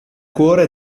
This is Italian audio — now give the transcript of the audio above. cuore